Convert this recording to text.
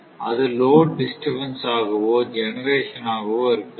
அது load disturbance ஆகவோ generation ஆகவோ இருக்கலாம்